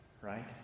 right